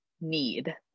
need